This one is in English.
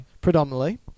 predominantly